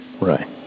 Right